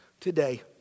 Today